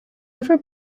ever